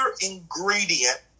ingredient